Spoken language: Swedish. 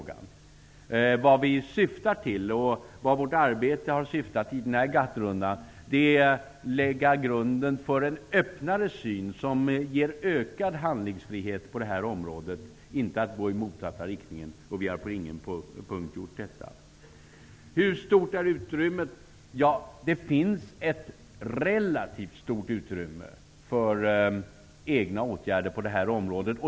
Vårt arbete i denna GATT-runda har syftat till att lägga grunden för en öppnare syn som ger ökad handlingsfrihet på detta område. Syftet är inte att gå i motsatt riktning. Det har vi inte gjort på någon punkt. Det finns ett relativt stort utrymme för egna åtgärder på miljöområdet.